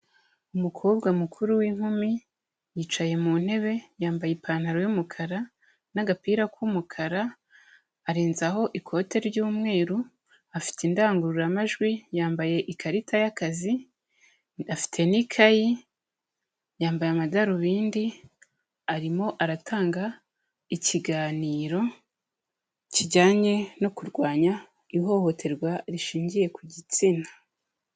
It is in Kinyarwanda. Umukobwa mukuru w'inkumi yicaye mu ntebe yambaye ipantaro y'umukara n'agapira k'umukara arenzaho ikote ry'umweru afite indangururamajwi yambaye ikarita y'akazi afite n'ikayi yambaye amadarubindi arimo aratanga ikiganiro kijyanye no kurwanya ihohoterwa rishingiye ku gitsina.